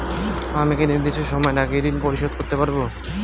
আমি কি নির্দিষ্ট সময়ের আগেই ঋন পরিশোধ করতে পারি?